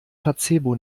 placebo